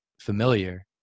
familiar